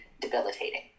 debilitating